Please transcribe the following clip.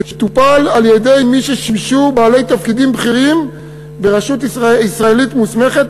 שטופל על-ידי מי ששימשו בעלי תפקידים בכירים ברשות ישראלית מוסמכת,